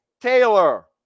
taylor